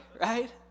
right